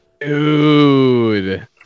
Dude